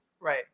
Right